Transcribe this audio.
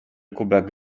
kubek